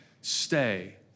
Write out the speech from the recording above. stay